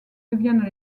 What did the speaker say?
deviennent